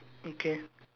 okay